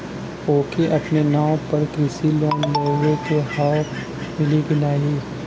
ओके अपने नाव पे कृषि लोन लेवे के हव मिली की ना ही?